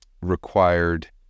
required